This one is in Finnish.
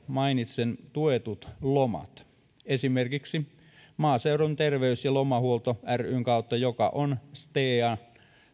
mainitsen tuetut lomat esimerkiksi maaseudun terveys ja lomahuolto ryn kautta joka on stean